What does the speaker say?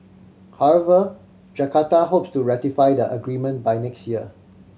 however Jakarta hopes to ratify the agreement by next year